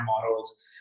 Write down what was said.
models